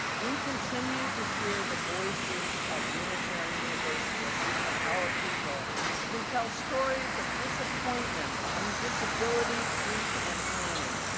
we continue to hear the voices of unitarian universalists of our people who tell stories of disappointment, invisibility, grief, and pain.